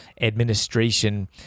administration